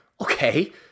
Okay